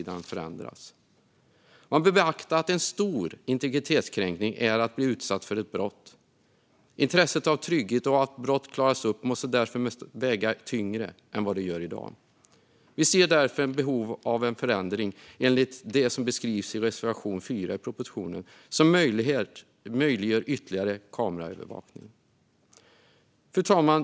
Man bör beakta att det är en stor integritetskränkning att bli utsatt för ett brott. Intresset av trygghet och av att brott klaras upp måste därför väga tyngre än vad det gör i dag. Vi ser därför ett behov av en förändring enligt det som beskrivs i reservation 4, som möjliggör ytterligare kameraövervakning. Fru talman!